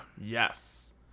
yes